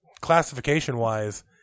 Classification-wise